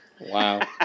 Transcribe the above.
Wow